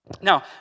Now